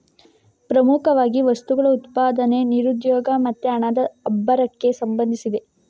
ಪ್ರಮುಖವಾಗಿ ವಸ್ತುಗಳ ಉತ್ಪಾದನೆ, ನಿರುದ್ಯೋಗ ಮತ್ತೆ ಹಣದ ಉಬ್ಬರಕ್ಕೆ ಸಂಬಂಧಿಸಿದೆ